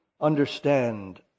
understand